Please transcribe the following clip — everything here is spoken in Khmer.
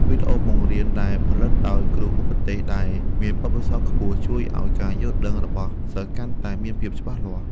វីដេអូបង្រៀនដែលផលិតដោយគ្រូឧទ្ទេសដែលមានបទពិសោធន៍ខ្ពស់ជួយឱ្យការយល់ដឹងរបស់សិស្សកាន់តែមានភាពច្បាស់លាស់។